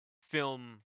film